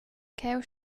cheu